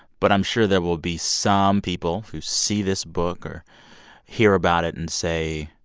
but i'm sure there will be some people who see this book or hear about it and say,